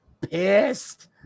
pissed